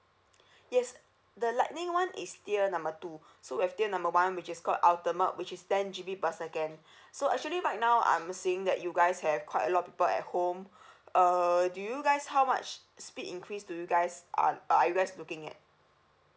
yes the lightning [one] is tier number two so we have tier number one which is called ultimate which is ten G_B per second so actually right now I'm seeing that you guys have quite a lot people at home uh do you guys how much speed increase do you guys are are you guys looking at